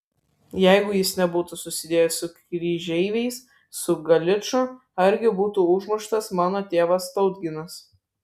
jeigu jis nebūtų susidėjęs su kryžeiviais su galiču argi būtų užmuštas mano tėvas tautginas